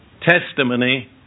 testimony